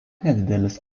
nedidelis